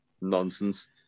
nonsense